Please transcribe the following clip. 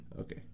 Okay